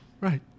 right